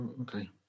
Okay